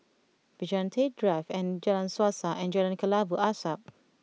Vigilante Drive and Jalan Suasa and Jalan Kelabu Asap